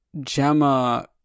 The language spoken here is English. Gemma